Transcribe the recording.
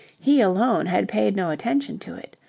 he alone had paid no attention to it.